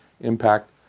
impact